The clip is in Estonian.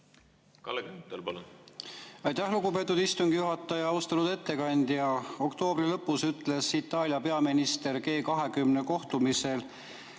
Kalle Grünthal, palun! Aitäh, lugupeetud istungi juhataja! Austatud ettekandja! Oktoobri lõpus ütles Itaalia peaminister G20 kohtumisel